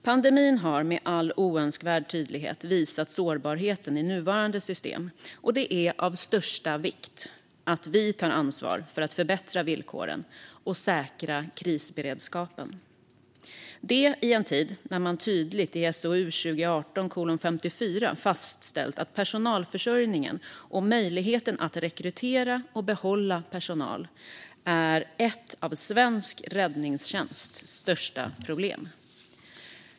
Pandemin har med all oönskvärd tydlighet visat sårbarheten i nuvarande system, och det är av största vikt att vi tar ansvar för att förbättra villkoren och säkra krisberedskapen. Det är viktigt i en tid när man tydligt i SOU 2018:54 fastställt att personalförsörjningen och möjligheten att rekrytera och behålla personal är ett av svensk räddningstjänsts största problem.